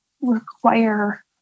require